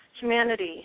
humanity